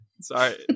Sorry